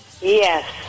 Yes